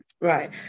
Right